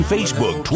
Facebook